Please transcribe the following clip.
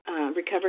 Recovered